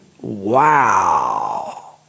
wow